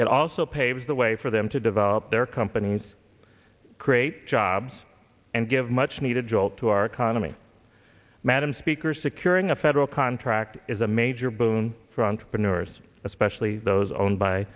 it also paves the way for them to develop their companies create jobs and give much needed jolt to our economy madam speaker securing a federal contract is a major boon for entrepreneurs especially those owned by